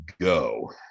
go